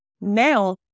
now